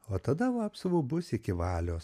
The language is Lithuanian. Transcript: o tada vapsvų bus iki valios